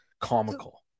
comical